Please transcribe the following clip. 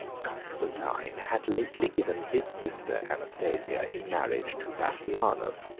constantine had lately given his sister anastasia in marriage to bassianus,